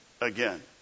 Again